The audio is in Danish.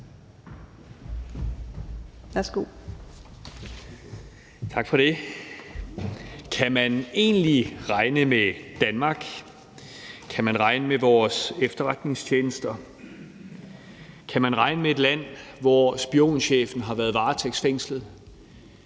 Kan man egentlig regne med Danmark? Kan man regne med vores efterretningstjenester? Kan man regne med et land, hvor spionchefen har været varetægtsfængslet,